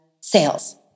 sales